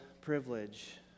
privilege